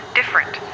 different